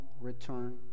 return